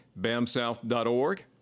BAMSouth.org